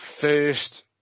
first